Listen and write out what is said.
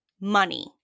money